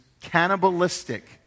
cannibalistic